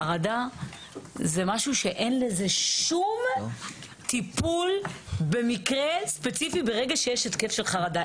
חרדה זה משהו שאין לזה שום טיפול במקרה ספציפי ברגע שיש התקף של חרדה.